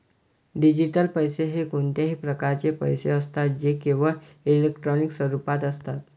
digital पैसे हे कोणत्याही प्रकारचे पैसे असतात जे केवळ इलेक्ट्रॉनिक स्वरूपात असतात